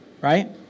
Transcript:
right